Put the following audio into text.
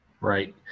Right